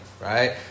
Right